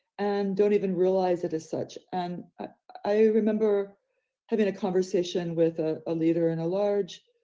and don't even realize it as such. and i remember having a conversation with ah a leader in a large